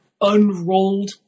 unrolled